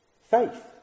Faith